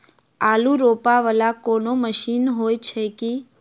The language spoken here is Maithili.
आलु रोपा वला कोनो मशीन हो छैय की?